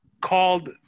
called